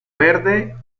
verde